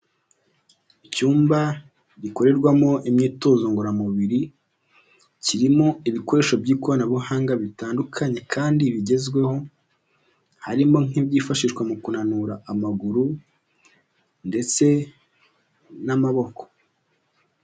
Icyumba gikorerwamo imyitozo ngororamubiri, kirimo ibikoresho by'ikoranabuhanga bitandukanye kandi bigezweho, harimo nk'ibyifashishwa mu kunanura amaguru ndetse n'amaboko.